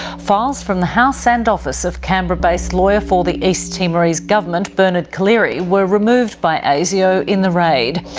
files from the house and office of canberra-based lawyer for the east timorese government bernard collaery were removed by asio in the raid.